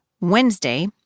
Wednesday